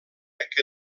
que